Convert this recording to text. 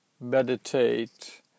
meditate